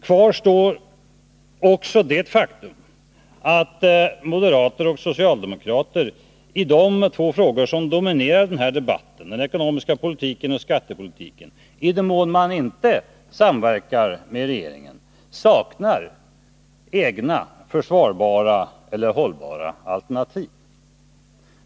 Kvar står också det faktum att moderater och socialdemokrater i de två frågor som dominerar den här debatten — den ekonomiska politiken och skattepolitiken — i den mån man inte samverkar med regeringen saknar egna försvarbara eller hållbara alternativ.